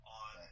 on